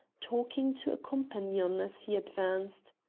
talking to a companion as he advanced.